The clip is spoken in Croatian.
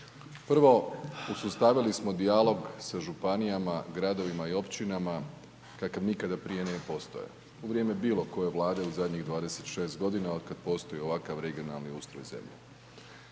Prvo uspostavili smo dijalog sa županijama, gradovima i općinama, kakav nikad prije nije postojao, u vrijeme bilo koje vlade u zadnjih 26 g. od kada postoji ovakav regionalni ustroj zemlje.